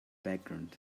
background